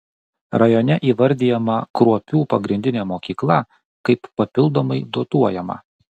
rajone įvardijama kruopių pagrindinė mokykla kaip papildomai dotuojama